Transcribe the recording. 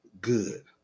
good